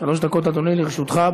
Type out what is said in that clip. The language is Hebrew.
שלוש דקות, אדוני, לרשותך.